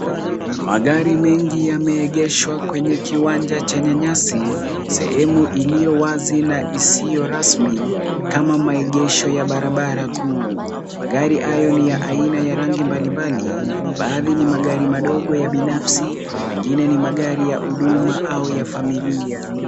Magari mengi yameegeshwa kwenye kiwanja chenye nyasi. Sehemu iliyo wazi na isiyo rasmi kama maegesho ya barabara kuu. Magari hayo ni aina ya rangi mbalimbali. Baadhi ni magari madogo ya binafsi mengine ni magari ya huduma au ya familia.